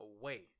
away